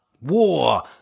War